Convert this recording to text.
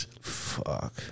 fuck